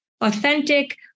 authentic